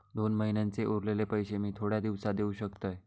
दोन महिन्यांचे उरलेले पैशे मी थोड्या दिवसा देव शकतय?